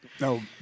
No